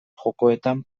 jokoetan